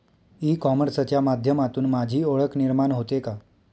E कॉमर्सच्या माध्यमातून माझी ओळख निर्माण होते का?